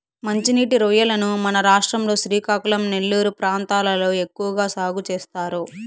మంచి నీటి రొయ్యలను మన రాష్ట్రం లో శ్రీకాకుళం, నెల్లూరు ప్రాంతాలలో ఎక్కువ సాగు చేస్తారు